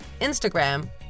Instagram